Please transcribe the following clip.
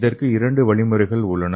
இதற்கு இரண்டு முறைகள் உள்ளன